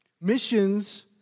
Missions